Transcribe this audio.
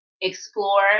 explore